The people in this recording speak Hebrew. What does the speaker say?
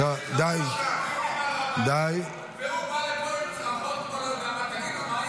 יש מלחמה והוא בא לפה עם צרחות כל הזמן.